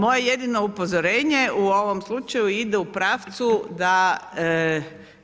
Moje jedino upozorenje u ovom slučaju ide u pravcu da